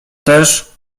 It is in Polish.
też